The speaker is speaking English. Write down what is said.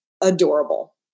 adorable